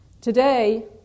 Today